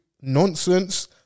nonsense